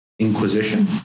inquisition